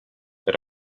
that